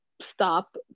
stop